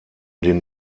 den